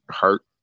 hurt